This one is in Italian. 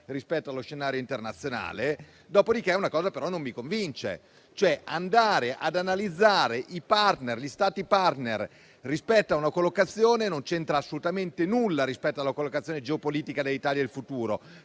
rispetto allo scenario internazionale. Ma una cosa non mi convince, e cioè andare ad analizzare gli Stati *partner* rispetto a una collocazione non c'entra assolutamente nulla rispetto alla collocazione geopolitica dell'Italia del futuro,